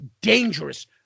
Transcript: dangerous